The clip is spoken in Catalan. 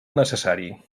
necessari